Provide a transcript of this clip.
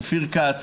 אופיר כץ,